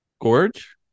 gorge